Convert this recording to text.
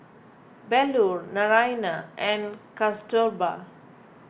Bellur Naraina and Kasturba